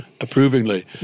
approvingly